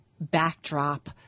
backdrop